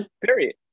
Period